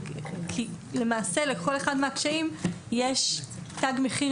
למעשה לכל אחד מהקשיים יש תג מחיר,